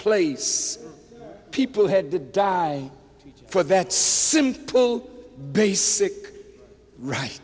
place people had to die for that simple basic right